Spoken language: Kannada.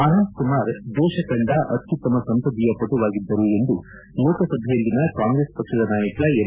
ಅನಂತಕುಮಾರ್ ದೇಶ ಕಂಡ ಅತ್ಯತ್ತಮ ಸಂಸದೀಯ ಪಟುವಾಗಿದ್ದರು ಎಂದು ಲೋಕಸಭೆಯಲ್ಲಿನ ಕಾಂಗ್ರೆಸ್ ಪಕ್ಷದ ನಾಯಕ ಎಂ